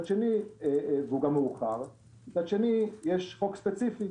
והוא גם מאוחר, מצד שני, יש חוק ספציפי.